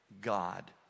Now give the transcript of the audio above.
God